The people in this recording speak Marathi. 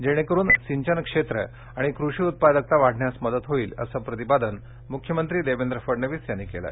जेणेकरून सिंचनक्षेत्र आणि कृषी उत्पादकता वाढण्यास मदत होईल असे प्रतिपादन मुख्यमंत्री देवेंद्र फडणवीस यांनी केलं